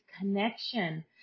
connection